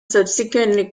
subsequently